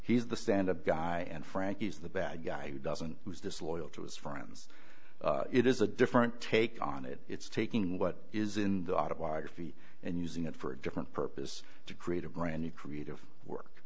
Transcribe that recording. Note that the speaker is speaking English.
he's the stand up guy and frankie's the bad guy who doesn't was disloyal to his friends it is a different take on it it's taking what is in the autobiography and using it for a different purpose to create a brand new creative work